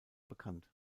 bekannt